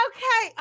Okay